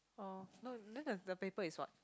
oh no then the the paper is what